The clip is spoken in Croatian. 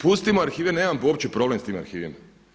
Pustimo arhive, nemam uopće problem sa tim arhivima.